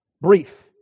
brief